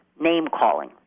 name-calling